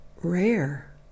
rare